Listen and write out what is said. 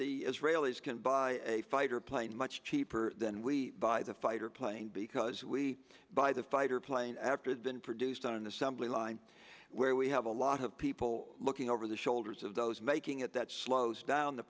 the israelis can buy a fighter plane much cheaper than we buy the fighter plane because we buy the fighter plane after the been produced on an assembly line where we have a lot of people looking over the shoulders of those making it that slows down